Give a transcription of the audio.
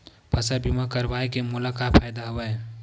फसल बीमा करवाय के मोला का फ़ायदा हवय?